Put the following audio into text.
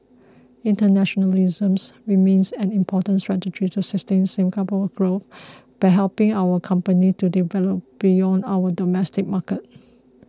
internationalisms remains an important strategy to sustain Singapore's growth by helping our companies to develop beyond our domestic market